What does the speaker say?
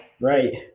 Right